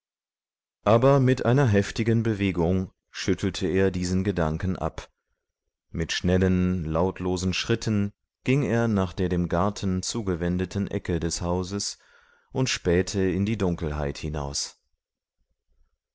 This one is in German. aber mit einer heftigen bewegung schüttelte er diesen gedanken ab mit schnellen lautlosen schritten ging er nach der dem garten zugewendeten ecke des hauses und spähte in die dunkelheit hinaus